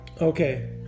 Okay